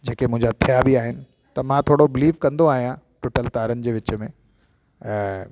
जेके मुंहिंजा थिया बि आहिनि त मां थोरो बिलीव कंदो आहियां टुटियल तारनि जे विच में ऐं